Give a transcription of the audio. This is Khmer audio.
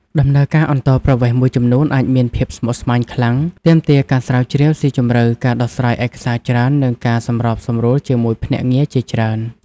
ករណីការអន្តោប្រវេសន៍មួយចំនួនអាចមានភាពស្មុគស្មាញខ្លាំង ទាមទារការស្រាវជ្រាវស៊ីជម្រៅ ការដោះស្រាយឯកសារច្រើន និងការសម្របសម្រួលជាមួយភ្នាក់ងារជាច្រើន។